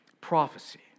prophecy